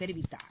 தெரிவித்தார்